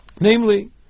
Namely